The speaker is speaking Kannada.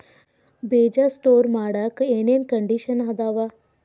ಬೇಜ ಸ್ಟೋರ್ ಮಾಡಾಕ್ ಏನೇನ್ ಕಂಡಿಷನ್ ಅದಾವ?